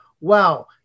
wow